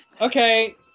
Okay